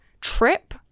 trip